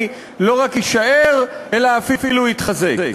לא רק יישאר אלא אפילו יתחזק.